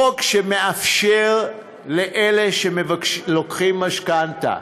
חוק שמאפשר לאלה שלוקחים משכנתה,